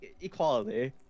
Equality